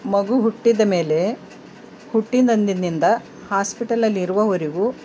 ಮಗು ಹುಟ್ಟಿದ ಮೇಲೆ ಹುಟ್ಟಿದಂದಿನಿಂದ ಹಾಸ್ಪಿಟಲಲ್ಲಿರುವವರೆಗೂ